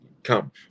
Come